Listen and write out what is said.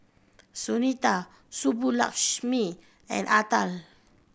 Sunita Subbulakshmi and Atal